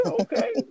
Okay